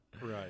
Right